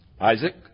Isaac